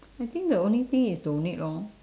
I think the only thing is donate lor